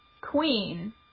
queen